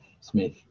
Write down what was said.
Smith